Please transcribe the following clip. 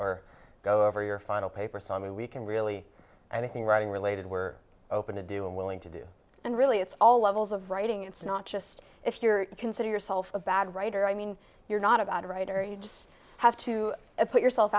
or go over your final papers i mean we can really anything writing related we're open to do and willing to do and really it's all levels of writing it's not just if you're consider yourself a bad writer i mean you're not a bad writer you just have to put yourself